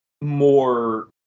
more